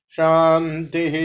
Shanti